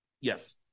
Yes